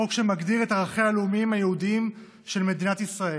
חוק שמגדיר את ערכיה הלאומיים היהודיים של מדינת ישראל.